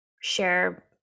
share